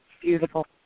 Beautiful